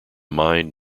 mind